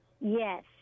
Yes